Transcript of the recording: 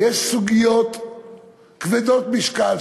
ויש על שולחן הכנסת סוגיות כבדות משקל,